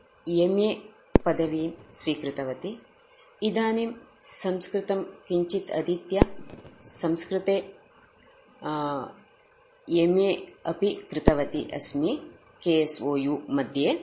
M A पदवी स्वीकृतवती इदानीं संस्कृतं किञ्चित् अधीत्य संस्कृते एम् ए अपि कृतवती अस्मि के एस् ओ यु मध्ये